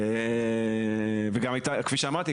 כפי שאמרתי,